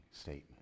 statement